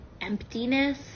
emptiness